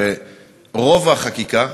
הרי רוב החקיקה,